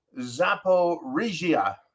Zaporizhia